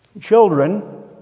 Children